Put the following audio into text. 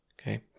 Okay